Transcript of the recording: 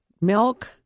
milk